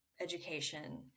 education